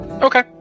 Okay